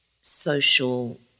social